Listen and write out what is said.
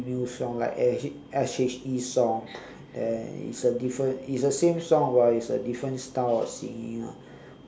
female song like S H S_H_E song then it's a different it's the same song but it's a different style of singing ah